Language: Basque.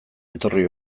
etorri